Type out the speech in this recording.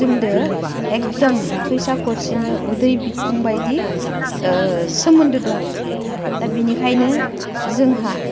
जोंदो एखदम फैसा गरसेनि उदै बिखुंबायदि सोमोन्दो दङ दा बिनिखायनो जोंहा